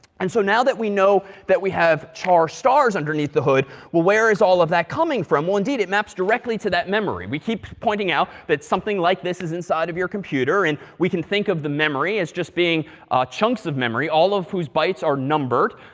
and so now that we know that we have char stars underneath the hood, well, where is all of that coming from? well, indeed, it maps directly to that memory. we keep pointing out that something like this is inside of your computer. and we can think of the memory as just being chunks of memory, all of whose bytes are numbered.